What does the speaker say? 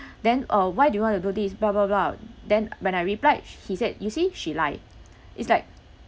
then uh why do you want to do this bla~ bla~ bla~ then when I replied he said you see she lie it's like